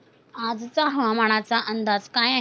आजचा हवामानाचा अंदाज काय आहे?